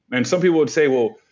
and some people would say, well,